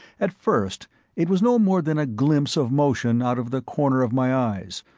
at first it was no more than a glimpse of motion out of the corner of my eyes,